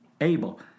Abel